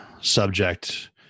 subject